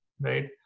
right